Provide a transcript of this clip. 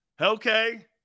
Okay